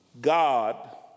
God